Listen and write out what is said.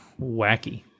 wacky